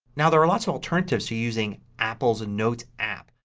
now there are lots of alternatives to using apple's and notes app.